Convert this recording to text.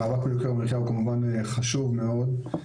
המאבק ביוקר המחיה הוא חשוב מאוד,